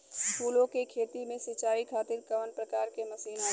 फूलो के खेती में सीचाई खातीर कवन प्रकार के मशीन आवेला?